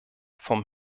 von